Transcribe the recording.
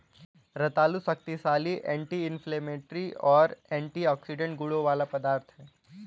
रतालू शक्तिशाली anti inflammatory और एंटीऑक्सीडेंट गुणों वाला पदार्थ है